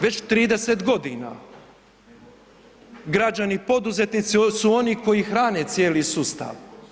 Već 30.g. građani poduzetnici su oni koji hrane cijeli sustav.